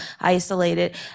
isolated